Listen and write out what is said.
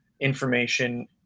information